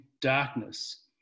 darkness